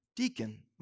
deacon